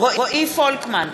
רועי פולקמן,